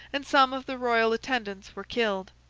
and some of the royal attendants were killed.